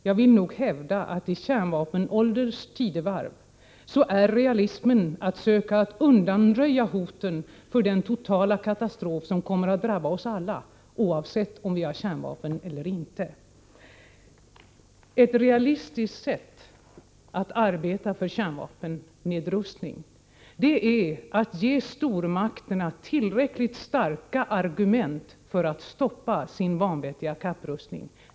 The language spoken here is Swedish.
Jag vill nog hävda att det realistiska i kärnvapenålderns tidevarv är att försöka undanröja hoten om en total katastrof som kommer att drabba oss alla, oavsett om vi har kärnvapen eller inte. Ett realistiskt sätt att arbeta för kärnvapennedrustning är att ge stormakterna tillräckligt starka argument för att stoppa sin vanvettiga kapprustning.